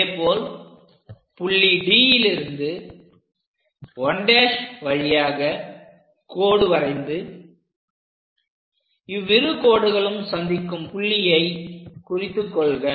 அதேபோல் புள்ளி Dலிருந்து 1' வழியாக கோடு வரைந்து இவ்விரு கோடுகளும் சந்திக்கும் புள்ளியை குறித்து கொள்க